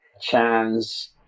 chance